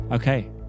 Okay